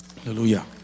hallelujah